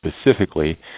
specifically